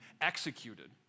executed